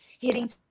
hitting